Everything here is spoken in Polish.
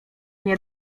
nie